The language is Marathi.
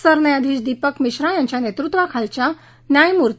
सरन्यायाधीश दीपक मिश्रा यांच्या नेतृत्वाखालच्या न्यायमूर्ती